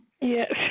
Yes